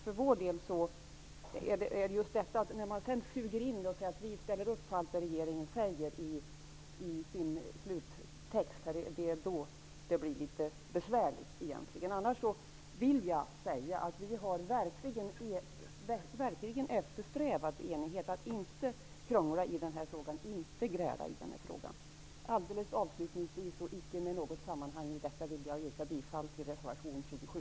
För vår del är det just detta att man ställer upp på allt vad regeringen säger i sin sluttext som gör att det blir litet besvärligt. Annars vill jag säga att vi verkligen har eftersträvat enighet och inte velat krångla och gräla i den här frågan. Avslutningsvis, och icke med något samband till detta, vill jag yrka bifall till reservation 27.